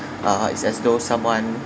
uh it's as though someone